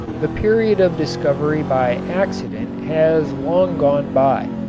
the period of discovery by accident has long gone by.